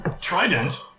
Trident